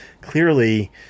Clearly